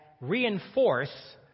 reinforce